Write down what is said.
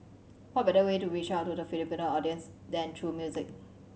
what better way to reach out to the Filipino audience than true music